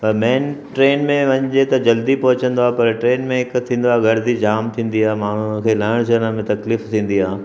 main train में वञजे त जल्दी पहुचंदो आहे पर ट्रेन में हिकु थींदो आहे गरदी जाम थींदी आहे माण्हुनि खे लहण चढ़नि में तकलीफ़ थींदी आहे